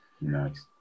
Nice